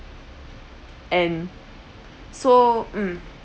and so mm